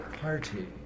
Party